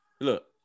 look